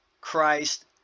Christ